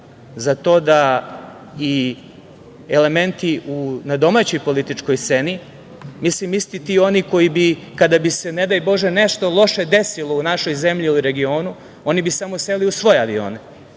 za to da i elementi na domaćoj političkoj sceni, milim isti ti oni koji bi kada bi se, ne daj Bože nešto loše desilo u našoj zemlji ili regionu oni bi samo seli u svoje avione,